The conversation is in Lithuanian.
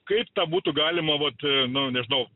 kaip tą būtų galima vat nu nežinau